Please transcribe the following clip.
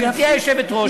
גברתי היושבת-ראש,